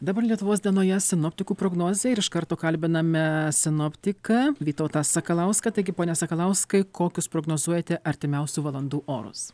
dabar lietuvos dienoje sinoptikų prognozė ir iš karto kalbiname sinoptiką vytautą sakalauską taigi pone sakalauskai kokius prognozuojate artimiausių valandų orus